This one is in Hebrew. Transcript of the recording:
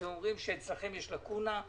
אתם אומרים שאצלכם יש לקונה.